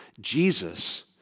Jesus